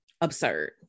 absurd